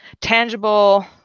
tangible